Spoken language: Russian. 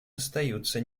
остаются